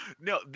No